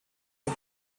the